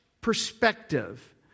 perspective